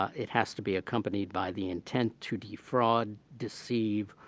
it has to be accompanied by the intent to defraud, deceive,